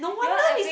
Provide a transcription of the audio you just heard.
you all are going